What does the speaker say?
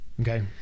okay